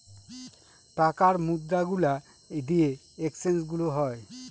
টাকার মুদ্রা গুলা দিয়ে এক্সচেঞ্জ গুলো হয়